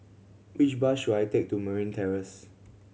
which bus should I take to Merryn Terrace